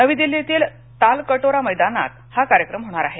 नवी दिल्लीतील तालकटोरा मैदानात हा कार्यक्रम होणार आहे